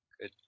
Good